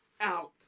out